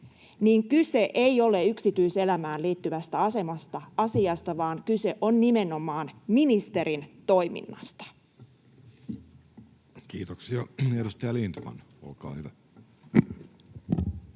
niin kyse ei ole yksityiselämään liittyvästä asiasta, vaan kyse on nimenomaan ministerin toiminnasta. [Speech 31] Speaker: